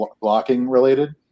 blocking-related